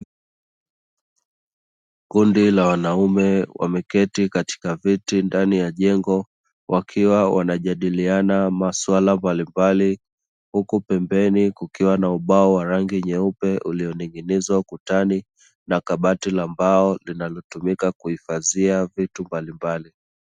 Kundi la wanaume wameketi katika viti ndani ya jengo, wakiwa wanajadiliana masuala mbalimbali. Huku pembeni kukiwa na ubao wa rangi nyeupe ulioning'inizwa ukutani, na kabati la mbao linalotumika kuhifadhia vitu mbalimbali.